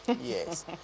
Yes